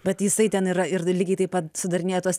bet jisai ten yra ir lygiai taip pat sudarinėja tuos